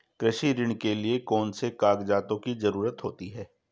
कृषि ऋण के लिऐ कौन से कागजातों की जरूरत होती है?